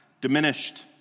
diminished